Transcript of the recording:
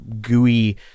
gooey